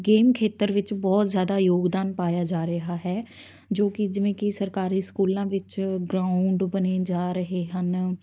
game ਖੇਤਰ ਵਿੱਚ ਬਹੁਤ ਜ਼ਿਆਦਾ ਯੋਗਦਾਨ ਪਾਇਆ ਜਾ ਰਿਹਾ ਜੋ ਕਿ ਜਿਵੇਂ ਕਿ ਸਰਕਾਰੀ ਸਕੂਲਾਂ ਵਿੱਚ ਗਰਾਊਂਡ ਬਣੇ ਜਾ ਰਹੇ ਹਨ